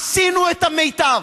עשינו את המיטב.